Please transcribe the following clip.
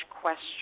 question